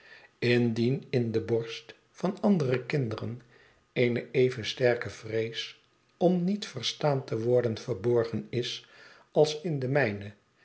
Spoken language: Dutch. indien in de borst van andere kinderen eene even sterke vrees om niet verstaan te worden verborgen is als in de mijne